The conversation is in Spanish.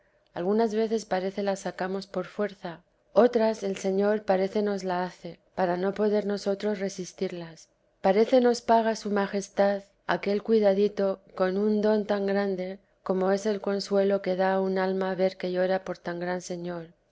algunas veces parece las sacamos por fuerza otras el señor parece nos la hace para no poder nosotros resistirlas parece nos paga su majestad aquel cuidadito con un don tan grande como es el consuelo que da a un alma ver que llora por tan gran señor